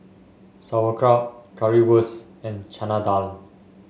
Sauerkraut Currywurst and Chana Dal